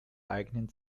eignen